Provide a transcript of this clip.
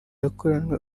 yakoranywe